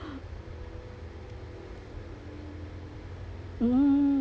mm